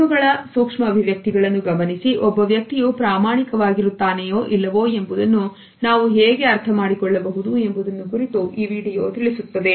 ಕಣ್ಣುಗಳ ಸೂಕ್ಷ್ಮ ಅಭಿವ್ಯಕ್ತಿಗಳನ್ನು ಗಮನಿಸಿ ಒಬ್ಬ ವ್ಯಕ್ತಿಯು ಪ್ರಾಮಾಣಿಕರಾಗಿರುತ್ತಾರೆಯೋ ಇಲ್ಲವೋ ಎಂಬುದನ್ನು ನಾವು ಹೇಗೆ ಅರ್ಥ ಮಾಡಿಕೊಳ್ಳಬಹುದು ಎಂಬುದನ್ನು ಕುರಿತು ಈ ವಿಡಿಯೋ ತಿಳಿಸುತ್ತದೆ